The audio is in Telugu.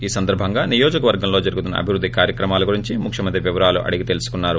ఈ సందర్భంగా నియోజకవర్గంలో జరుగుతున్న అభివృద్ది కార్యక్రమాల గురించి ముఖ్యమంత్రి వివరాలు అడిగి తెలుసుకున్నారు